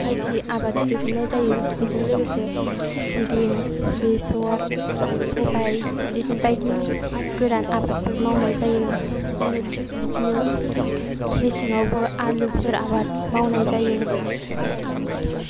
बायदि आबाद दिहुननाय जायो बेजों लोगोसे सिबिं बेसर सबाइ बिदिनो बायदि गोरान आबादफोर मावनाय जायो आरो थिग बिदिनो मेसेंआवबो आलुफोर आबाद मावनाय जायो एसेनोसै